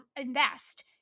invest